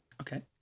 Okay